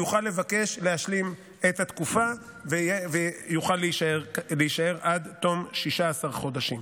יוכל לבקש להשלים את התקופה ויוכל להישאר עד תום 16 חודשים.